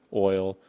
oil,